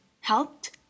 Helped